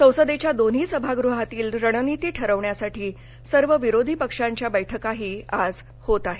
संसदेच्या दोन्ही सभागृहातील रणनीती ठरवण्यासाठी सर्व विरोधी पक्षांची बैठकही आज होत आहे